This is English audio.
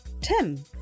Tim